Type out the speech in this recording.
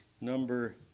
number